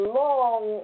long